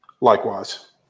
Likewise